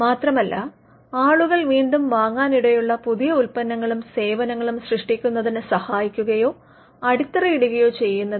മാത്രമല്ല ആളുകൾ വീണ്ടും വാങ്ങാനിടയുള്ള പുതിയ ഉൽപ്പന്നങ്ങളും സേവനങ്ങളും സൃഷ്ടിക്കുന്നതിന് സഹായിക്കുകയോ അടിത്തറയിടുകയോ ചെയ്യുന്നതും ഒക്കെ സംരംഭക പ്രവർത്തനം തന്നെയാണ്